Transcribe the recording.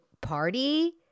party